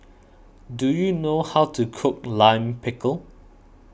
do you know how to cook Lime Pickle